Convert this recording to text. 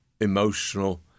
emotional